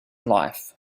life